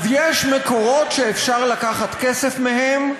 אז יש מקורות שאפשר לקחת כסף מהם.